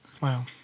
Wow